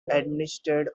administered